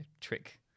trick